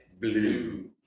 Blue